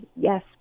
yes